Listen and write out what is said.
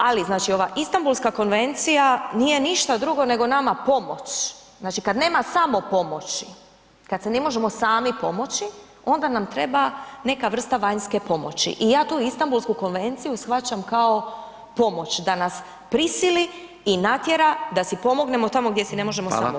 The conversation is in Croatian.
Ali znači ova Istanbulska konvencija nije ništa drugo nego nama pomoć, znači kada nema samopomoći, kada si ne možemo sami pomoći onda nam treba neka vrsta vanjske pomoći i ja tu Istanbulsku konvenciju shvaćam kao pomoć da nas prisili i natjera da si pomognemo tamo gdje si ne možemo samopomoći.